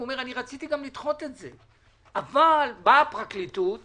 אומר: רציתי לדחות את זה, אבל הפרקליטות אומרת: